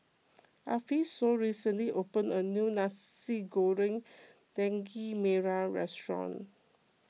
Alphonso recently opened a new Nasi Goreng Daging Merah restaurant